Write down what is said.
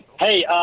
Hey